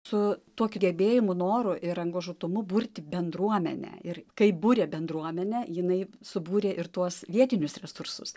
su tokiu gebėjimu noru ir angažuotumu burti bendruomenę ir kai būrė bendruomenę jinai subūrė ir tuos vietinius resursus